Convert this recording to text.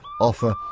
Offer